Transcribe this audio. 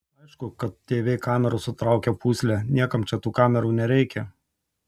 aišku kad tv kameros sutraukia pūslę niekam čia tų kamerų nereikia